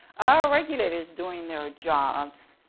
our regulators doing their jobs.